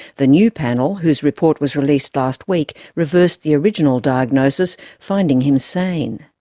the new panel, whose report was released last week, reversed the original diagnosis, finding him sane.